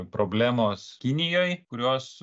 problemos kinijoj kurios